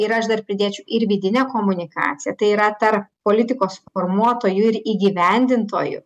ir aš dar pridėčiau ir vidinę komunikaciją tai yra tarp politikos formuotojų ir įgyvendintojų